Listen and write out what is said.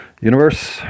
universe